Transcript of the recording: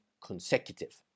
consecutive